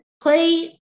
play